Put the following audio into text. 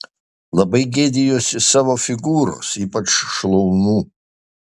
labai gėdijuosi savo figūros ypač šlaunų